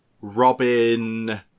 Robin